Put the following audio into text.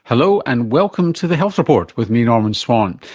hello, and welcome to the health report with me, norman swan.